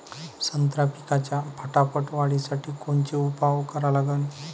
संत्रा पिकाच्या फटाफट वाढीसाठी कोनचे उपाव करा लागन?